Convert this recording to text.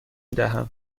دهم